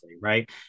right